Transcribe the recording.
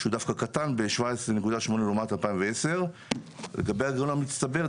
שהוא דווקא קטן בשבע עשרה נקודה שמונה לעומת 2010. לגבי הגרעון המצטבר,